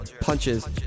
Punches